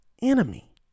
enemy